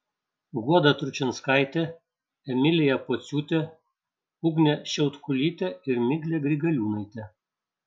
guoda tručinskaitė emilija pociūtė ugnė šiautkulytė ir miglė grigaliūnaitė